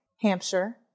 Hampshire